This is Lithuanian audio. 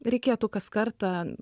reikėtų kas kartą